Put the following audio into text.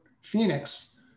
Phoenix